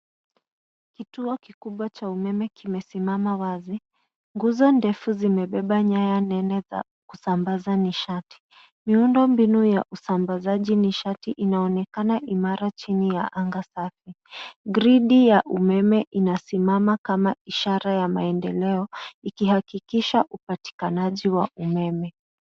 Kituo kikubwa cha umeme kimesimama wazi. Nguzo ndefu zimebeba nyaya nene za kusambaza nishati. Miundombinu ya usambazaji nishati inaonekana imara chini ya anga safi. Gridi ya umeme inasimama kama ishara ya maendeleo ikihakikisha upatikanaji wa umeme.